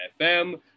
fm